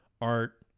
Art